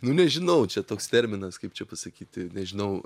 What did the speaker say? nu nežinau čia toks terminas kaip čia pasakyti nežinau